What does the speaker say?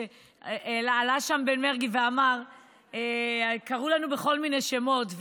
עלה שם מרגי ואמר, קראו לנו בכל מיני שמות.